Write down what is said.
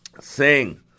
Sing